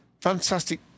Fantastic